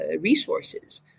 resources